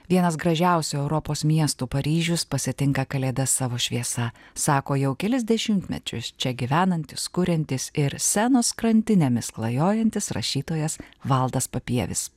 vienas gražiausių europos miestų paryžius pasitinka kalėdas savo šviesa sako jau kelis dešimtmečius čia gyvenantis kuriantis ir senos krantinėmis klajojantis rašytojas valdas papievis